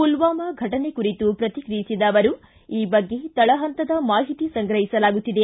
ಮಲ್ಲಾಮಾ ಘಟನೆ ಕುರಿತು ಪ್ರತಿಕ್ರಿಯಿಸಿದ ಅವರು ಈ ಬಗ್ಗೆ ತಳಹಂತದ ಮಾಹಿತಿ ಸಂಗ್ರಹಿಸಲಾಗುತ್ತಿದೆ